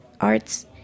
arts